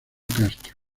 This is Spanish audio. castro